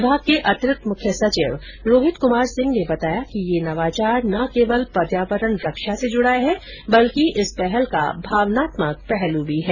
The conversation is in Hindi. विभाग के अतिरिक्त मुख्य सचिव रोहित कमार सिंह ने बताया कि यह नवाचार न केवल पर्यावरण रक्षा से जुड़ा है बल्कि इस पहल का भावनात्मक पहलू भी है